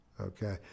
okay